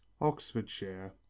Oxfordshire